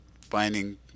finding